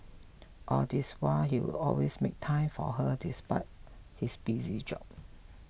all this while he would always make time for her despite his busy job